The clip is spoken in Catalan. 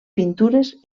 pintures